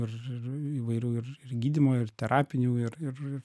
ir r įvairių ir ir gydymų ir terapinių ir ir ir